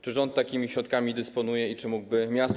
Czy rząd takimi środkami dysponuje i czy mógłby m.st.